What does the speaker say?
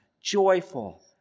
joyful